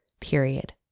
period